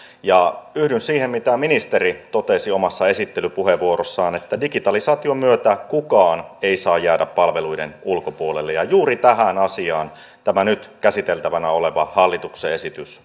yhdyn siihen mitä ministeri totesi omassa esittelypuheenvuorossaan että digitalisaation myötä kukaan ei saa jäädä palveluiden ulkopuolelle ja juuri tähän asiaan tämä nyt käsiteltävänä oleva hallituksen esitys